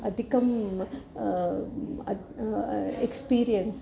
अधिकम् अद् एक्स्पीरियन्स्